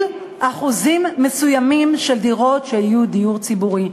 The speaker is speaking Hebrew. אחוזים מסוימים של דירות שיהיו דיור ציבורי.